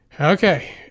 Okay